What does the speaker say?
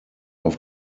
auf